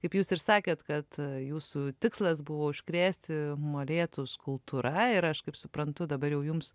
kaip jūs ir sakėt kad jūsų tikslas buvo užkrėsti molėtus kultūra ir aš kaip suprantu dabar jau jums